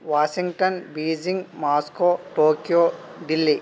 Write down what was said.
Washington Beijing Moscow Tokyo Delhi